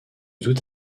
tout